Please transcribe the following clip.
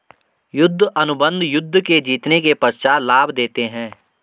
युद्ध अनुबंध युद्ध के जीतने के पश्चात लाभ देते हैं